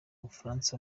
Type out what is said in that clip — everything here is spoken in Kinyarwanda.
bufaransa